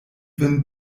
vin